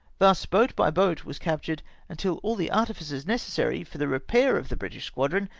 thus boat by boat was captured until all the artificers necessary for the repair of the british squadron,